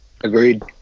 Agreed